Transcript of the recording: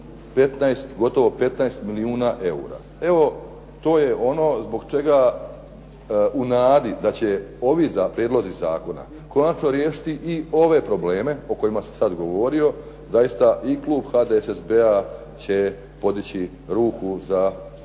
15 milijuna eura. Evo to je ono zbog čega u nadi da će ovi Prijedlozi zakona, konačno riješiti i ove probleme o kojima sam sada govorio, zaista i Klub HDSSB-a će podići ruku za ove